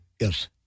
Yes